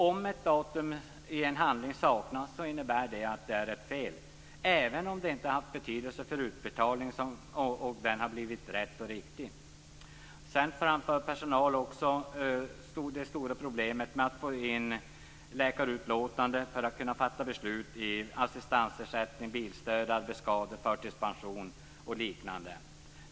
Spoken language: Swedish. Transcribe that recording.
Om ett datum i en handling saknas är detta ett fel, även om det inte haft betydelse för utbetalningen och den har blivit rätt. Personal framför som ett stort problem svårigheter med att få in läkarutlåtanden för att man skall kunna fatta beslut om t.ex. assistansersättning, bilstöd, arbetsskador och förtidspension.